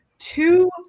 two